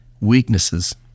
Weaknesses